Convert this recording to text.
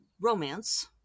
romance